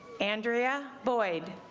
andrea buoyed